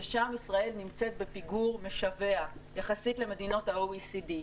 ששם ישראל נמצאת בפיגור משווע יחסית למדינות ה-OECD,